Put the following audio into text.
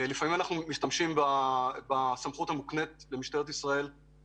לפעמים אנחנו משתמשים בסמכות המוקנית לנו בחוק